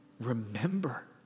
remember